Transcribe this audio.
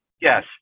yes